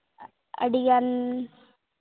ᱟᱹᱰᱤᱜᱟᱱ